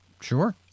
sure